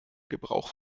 gebrauch